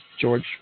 George